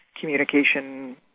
communication